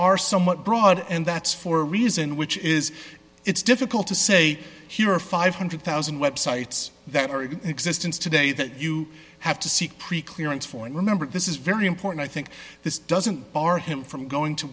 are somewhat broad and that's for a reason which is it's difficult to say here are five hundred thousand websites that are existence today that you have to seek pre clearance for and remember this is very important i think this doesn't bar him from going to